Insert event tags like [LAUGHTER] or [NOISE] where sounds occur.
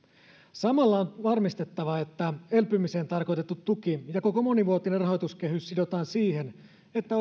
samalla on varmistettava että elpymiseen tarkoitettu tuki ja koko monivuotinen rahoituskehys sidotaan siihen että [UNINTELLIGIBLE]